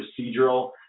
procedural